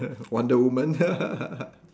wonder woman